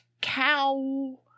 cow